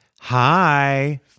Hi